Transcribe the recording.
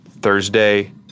Thursday